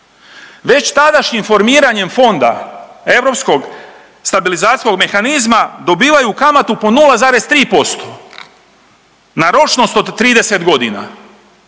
Već tadašnjim formiranjem fonda ESM-a dobivaju kamatu po 0,3% na ročnost od 30 godina.